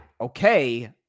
okay